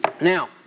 Now